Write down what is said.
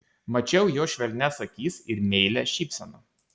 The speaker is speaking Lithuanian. mačiau jo švelnias akis ir meilią šypseną